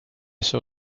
saw